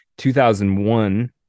2001